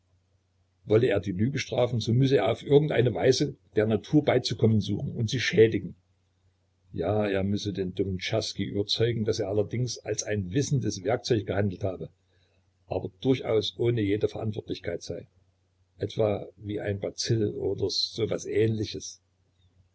wolle er die lüge strafen so müsse er auf irgend eine weise der natur beizukommen suchen und sie schädigen ja er müsse den dummen czerski überzeugen daß er allerdings als ein wissendes werkzeug gehandelt habe aber durchaus ohne jede verantwortlichkeit sei etwa wie ein bazill oder so etwas ähnliches